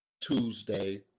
Tuesday